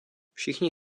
všichni